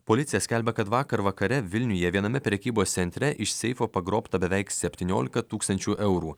policija skelbia kad vakar vakare vilniuje viename prekybos centre iš seifo pagrobta beveik septyniolika tūkstančių eurų